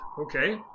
Okay